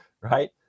Right